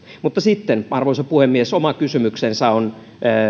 mutta sitten arvoisa puhemies oma kysymyksensä on